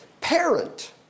parent